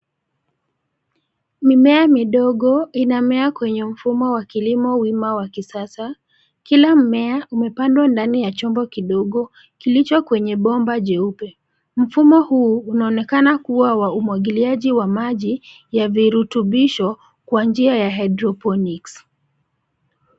Mimea midogo inamea kwenye mfumo wa kilimo wima wa kisasa. Kila mmea umepandwa ndani ya chombo kidogo kilicho kwenye bomba jeupe. Mfumo huu unaonekana kua wa umwagiliaji wa maji ya virutubisho kwa njia ya hydroponics .